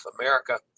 America